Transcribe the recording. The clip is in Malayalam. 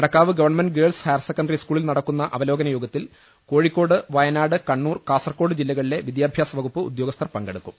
നടക്കാവ് ഗവൺമെന്റ് ഗേൾസ് ഹയർസെക്കണ്ടറി സ്കൂളിൽ നടക്കുന്ന അവലോകന യോഗത്തിൽ കോഴിക്കോട് വയനാട് കണ്ണൂർ കാസർകോട് ജില്ലകളിലെ വിദ്യാഭ്യാസ വകുപ്പ് ഉദ്യോഗസ്ഥർ പങ്കെടുക്കും